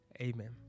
Amen